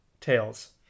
Tails